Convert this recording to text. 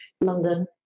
London